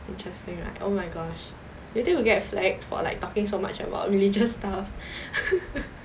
interesting right oh my gosh you think we will get flagged for like talking so much about religious stuff